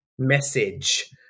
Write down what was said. message